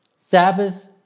Sabbath